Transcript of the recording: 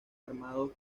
armados